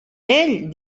ell